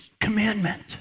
commandment